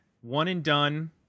one-and-done